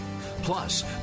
Plus